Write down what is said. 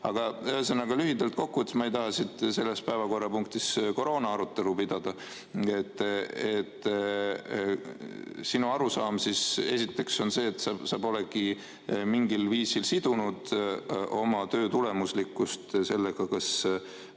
Aga võtan lühidalt kokku. Ma ei taha selles päevakorrapunktis koroonaarutelu pidada. Sinu arusaam esiteks on see, et sa polegi mingil viisil sidunud oma töö tulemuslikkust poliitilise